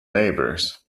neighbors